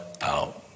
out